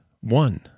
one